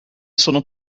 sono